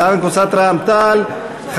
להלן: קבוצת סיעת רע"ם-תע"ל-מד"ע,